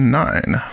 nine